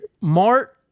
Mart